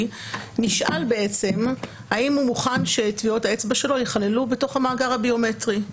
נשאל האם הוא מוכן שטביעות האצבע שלו ייכללו בתוך המאגר הביומטרי.